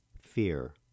fear